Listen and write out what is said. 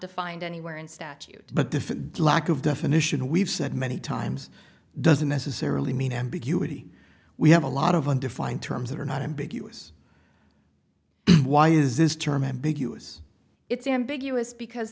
defined anywhere in statute but the lack of definition we've said many times doesn't necessarily mean ambiguity we have a lot of undefined terms that are not ambiguous why is this term ambiguous it's ambiguous because